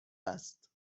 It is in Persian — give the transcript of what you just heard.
است